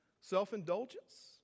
Self-indulgence